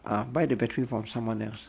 uh buy the battery from someone else